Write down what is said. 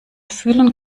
fühlen